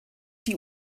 die